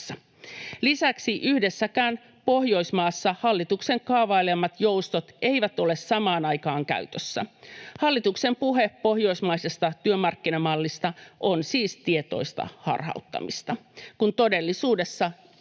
Lisäksi yhdessäkään Pohjoismaassa hallituksen kaavailemat joustot eivät ole samaan aikaan käytössä. Hallituksen puhe pohjoismaisesta työmarkkinamallista on siis tietoista harhauttamista, kun todellisuudessa yritetään